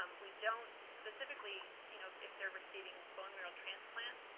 um we don't specifically you know if if they're receiving bone marrow transplants,